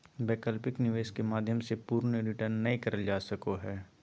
वैकल्पिक निवेश के माध्यम से पूर्ण रिटर्न नय करल जा सको हय